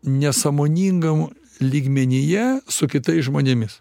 nesąmoningam lygmenyje su kitais žmonėmis